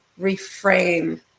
reframe